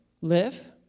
live